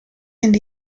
and